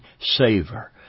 savor